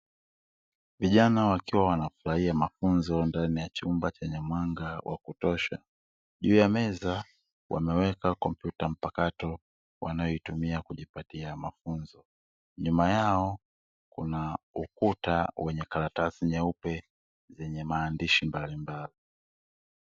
Vijana wakiwa wanafurahia mafunzo ndani ya chumba chenye mwanga wa kutosha, juu ya meza wameweka kompyuta mpakato wanayoitumia kujipatia mafunzo, nyuma yao kuna ukuta wenye karatasi nyeupe zenye maandishi mbalimbali.